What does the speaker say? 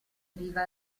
riva